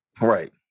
Right